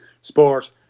sport